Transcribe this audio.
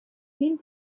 film